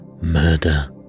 murder